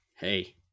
Hey